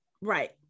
right